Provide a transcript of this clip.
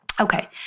Okay